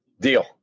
Deal